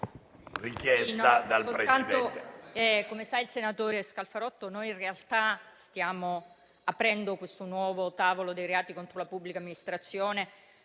come il senatore Scalfarotto sa, noi in realtà stiamo aprendo questo nuovo tavolo dei reati contro la pubblica amministrazione